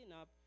up